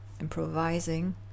improvising